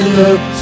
look